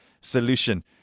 Solution